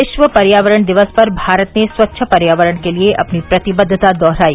विश्व पर्यावरण दिवस पर भारत ने स्वच्छ पर्यावरण के लिए अपनी प्रतिबद्वता दोहराई